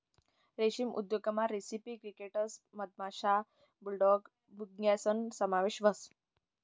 रेशीम उद्योगमा रेसिपी क्रिकेटस मधमाशा, बुलडॉग मुंग्यासना समावेश व्हस